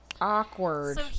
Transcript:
awkward